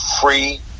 free